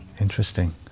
interesting